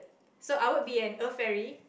so I will be an earth fairy